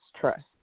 trust